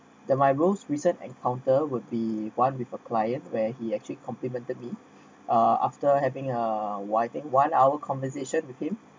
the my goes recent encounter would be one with a client where he actually complimented me uh after having a o~ I think one hour conversation with him